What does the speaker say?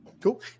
cool